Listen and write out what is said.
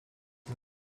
him